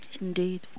Indeed